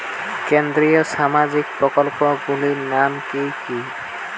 কেন্দ্রীয় সামাজিক প্রকল্পগুলি নাম কি কি?